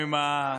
תלמדו מעבאס.